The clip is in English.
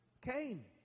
Cain